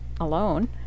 alone